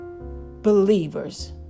believers